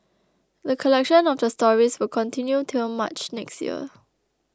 the collection of the stories will continue till March next year